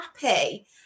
happy